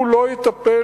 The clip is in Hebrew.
הוא לא יטפל,